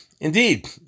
indeed